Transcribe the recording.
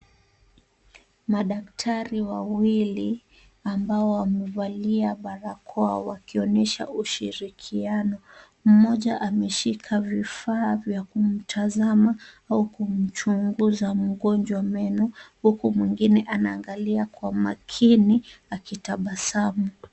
Madaktari wawili ambao wamevalia barakoa wakionyesha ushirikiano. Mmoja ameshika vifaa vya kumtazama au kumchunguza mgonjwa meno, huku mwingine anaangalia kwa makini akitabasamu.